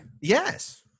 Yes